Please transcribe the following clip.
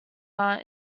are